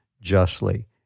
justly